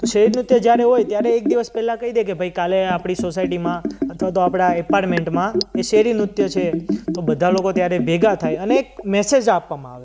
તો શેરી નૃત્ય જ્યારે હોય ત્યારે એક દિવસ પહેલાં કહી દે કે ભાઈ કાલે આપણી સોસાયટીમાં અથવા તો આપણા એપાર્ટમેન્ટમાં એ શેરી નૃત્ય છે તો બધા લોકો ત્યારે ભેગા થાય અને એક મેસેજ આપવામાં આવે